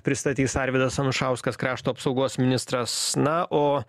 pristatys arvydas anušauskas krašto apsaugos ministras na o